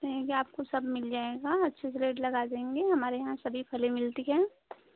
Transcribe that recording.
नही जी आपको सब मिल जाएगा अच्छे से रेट लगा देंगे हमारे यहाँ सभी फल मिलते हैं